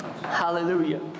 hallelujah